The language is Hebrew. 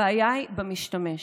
הבעיה היא במשתמש.